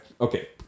okay